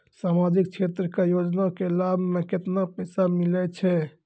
समाजिक क्षेत्र के योजना के लाभ मे केतना पैसा मिलै छै?